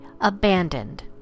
abandoned